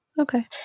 Okay